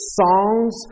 songs